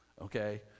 okay